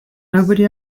nobody